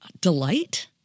Delight